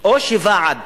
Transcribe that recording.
או שוועד